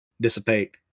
dissipate